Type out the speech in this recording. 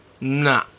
Nah